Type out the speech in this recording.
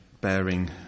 bearing